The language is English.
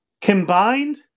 combined